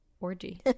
orgy